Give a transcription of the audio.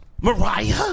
Mariah